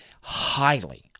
highly